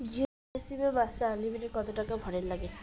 Jio sim এ মাসে unlimited কত টাকা ভরের নাগে?